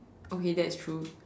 okay that's true